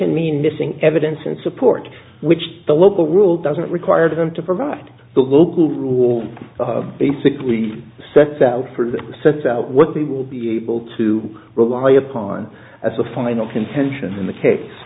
can mean missing evidence in support which the local rule doesn't require them to provide the local rule basically sets out for the sets out what they will be able to rely upon as a final contention in the case